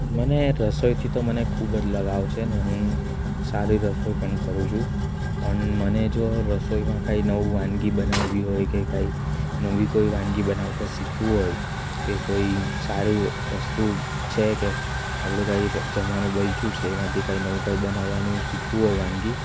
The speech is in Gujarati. મને રસોઈથી તો મને ખૂબ જ લગાવ છે અને હું સારી રસોઈ પણ કરું છું પણ મને જો રસોઈમાં કાંઇ નવું વાનગી બનાવવી હોય કે કાંઇ નવી કોઈ વાનગી બનાવતા શીખવું હોય કે કોઈ સારું વસ્તુ છે કે આપણું કાંઈ જમવાનું બચ્યું છે એમાંથી કાંઇ નવું કાંઇ બનાવવાનું શીખવું હોય વાનગી